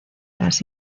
las